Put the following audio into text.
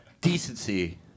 decency